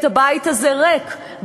את הבית הזה ריק.